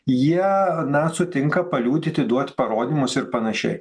jie na sutinka paliudyti duoti parodymus ir panašiai